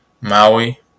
Maui